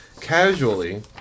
casually